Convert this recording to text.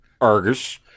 argus